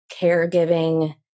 caregiving